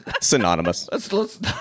Synonymous